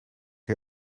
hij